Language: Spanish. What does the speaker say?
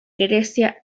grecia